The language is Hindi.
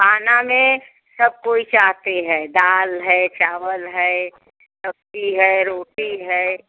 खाने में सब कोई चाहते हैं दाल है चावल है सब्ज़ी है रोटी है